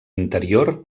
interior